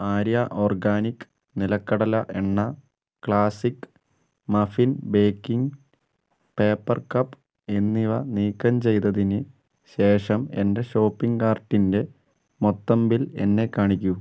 Arya organic നിലക്കടല എണ്ണ classic muffin baking paper cup എന്നിവ നീക്കം ചെയ്തതിന് ശേഷം എന്റെ ഷോപ്പിംഗ് കാർട്ടിന്റെ മൊത്തം ബിൽ എന്നെ കാണിക്കൂ